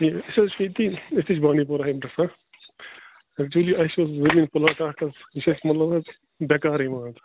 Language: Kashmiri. أسۍ حظ چھِ ییٚتی أسۍ تہِ چھِ بانڈی پوراہٕے بسان اٮ۪کچُؤلی اَسہِ اوس زٔمیٖن پُلاٹ اکھ حظ یہِ چھِ اَسہِ مطلب حظ بٮ۪کارٕے مان ژٕ